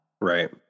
right